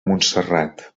montserrat